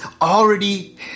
already